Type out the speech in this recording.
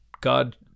God